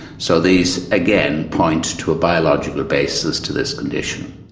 so these again point to a biological basis to this condition.